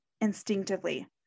instinctively